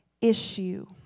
Issue